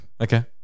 Okay